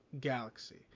Galaxy